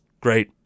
great